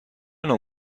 نوع